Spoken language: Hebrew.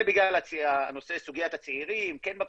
זה בגלל סוגיית הצעירים, כן מקשיבים,